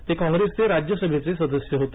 ते काँग्रेसचे राज्यसभेचे सदस्य होते